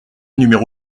numéro